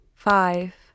Five